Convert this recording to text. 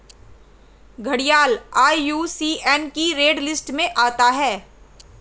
घड़ियाल आई.यू.सी.एन की red list में आता है